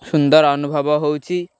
ସୁନ୍ଦର ଅନୁଭବ ହେଉଛିି